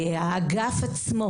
האגף עצמו,